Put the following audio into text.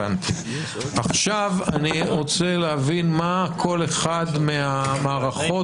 עכשיו אני רוצה להבין מה כל אחת מהמערכות